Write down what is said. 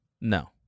no